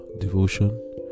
devotion